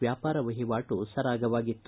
ವ್ಯಾಪಾರ ವಹಿವಾಟು ಸರಾಗವಾಗಿತ್ತು